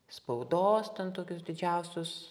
spaudos ten tokius didžiausius